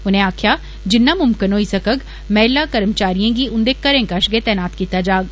उनें आक्खेआ जिन्ना मुमकन होई सकग महिला कर्मचारिएं गी उन्दे घरें कश गै तैनात कीता जाग